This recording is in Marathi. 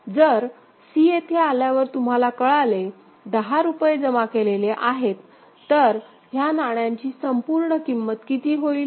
जर c येथे आल्यावर तुम्हाला कळाले दहा रुपये जमा केलेले आहेत तर ह्या नाण्यांची संपूर्ण किंमत किती होईल